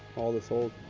all this whole.